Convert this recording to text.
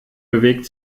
bewegt